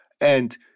and-